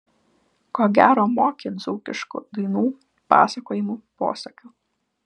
ko gero moki dzūkiškų dainų pasakojimų posakių